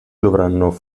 dovranno